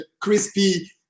crispy